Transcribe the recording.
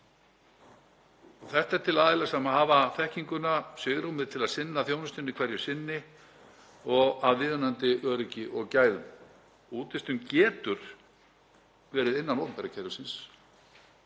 kerfið, til aðila sem hafa þekkinguna og svigrúmið til að sinna þjónustunni hverju sinni og af viðunandi öryggi og gæðum. Útvistun getur verið innan opinbera kerfisins.